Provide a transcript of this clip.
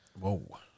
Whoa